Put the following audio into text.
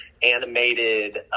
animated